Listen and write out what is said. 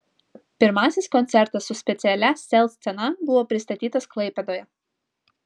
pirmasis koncertas su specialia sel scena buvo pristatytas klaipėdoje